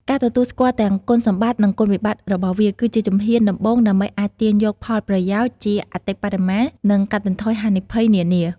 ការទទួលស្គាល់ទាំងគុណសម្បត្តិ និងគុណវិបត្តិរបស់វា គឺជាជំហានដំបូងដើម្បីអាចទាញយកផលប្រយោជន៍ជាអតិបរមា និងកាត់បន្ថយហានិភ័យនានា។